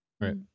Right